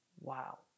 Wow